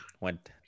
went